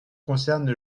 concerne